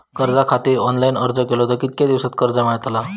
कर्जा खातीत ऑनलाईन अर्ज केलो तर कितक्या दिवसात कर्ज मेलतला?